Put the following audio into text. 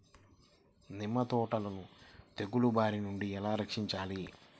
నిమ్మ తోటను తెగులు బారి నుండి ఎలా రక్షించాలి?